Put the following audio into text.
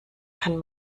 kann